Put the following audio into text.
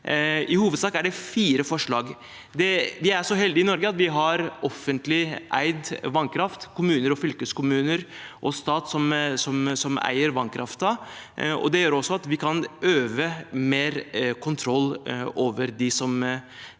I hovedsak er det fire forslag. Vi er så heldige i Norge at vi har offentlig eid vannkraft – det er kommuner, fylkeskommuner og stat som eier vannkraften. Det gjør også at vi kan øve mer kontroll over dem som eier